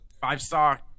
five-star